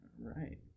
Right